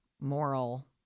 moral